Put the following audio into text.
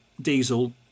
diesel